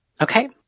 Okay